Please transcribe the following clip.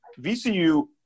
VCU